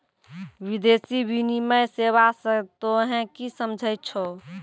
विदेशी विनिमय सेवा स तोहें कि समझै छौ